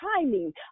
timing